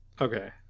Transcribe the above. okay